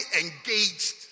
engaged